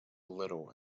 little